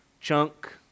Chunk